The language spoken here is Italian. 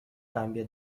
cambia